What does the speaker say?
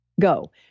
go